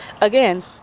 again